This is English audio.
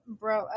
bro